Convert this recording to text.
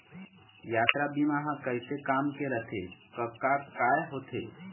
यातरा बीमा ह कइसे काम के रथे कका काय होथे?